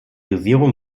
dosierung